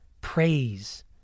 praise